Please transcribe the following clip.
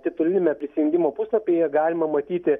tituliniame prisijungimo puslapyje galima matyti